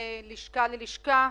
מלשכה ללשכה,